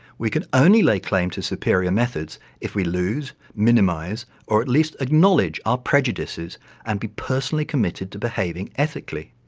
we can only lay claim to superior methods if we lose, minimize or at least acknowledge our prejudices and be personally committed to behaving ethically.